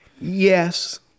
Yes